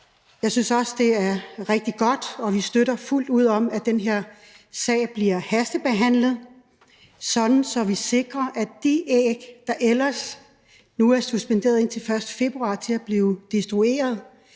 Jeg synes også, det er rigtig godt, og vi støtter fuldt ud, at den her sag bliver hastebehandlet, så vi sikrer, at de æg, der ellers ville blive destrueret,